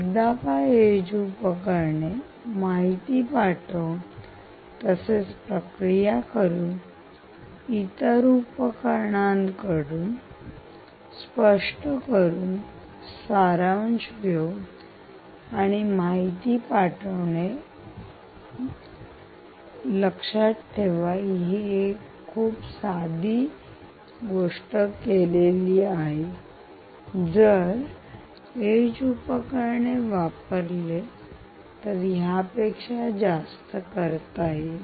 एकदा का EDGE edge उपकरणे माहिती पाठवून तसेच प्रक्रिया करून इतर उपकरणांकडून स्पष्ट करून सारांश घेऊन आणि माहिती पाठवणे लक्षात ठेवा येथे खूप साधी गोष्ट केलेली आहे जर EDGE येज उपकरणे वापरले तर यापेक्षा जास्त करता येईल